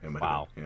Wow